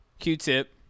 Q-Tip